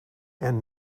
and